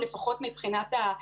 לקחת אותך גם